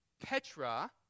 Petra